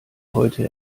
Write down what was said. heute